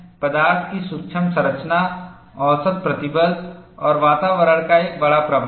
पदार्थ की सूक्ष्म संरचना औसत प्रतिबल और वातावरण का एक बड़ा प्रभाव है